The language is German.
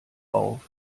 auf